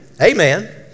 Amen